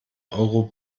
euro